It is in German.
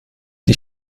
die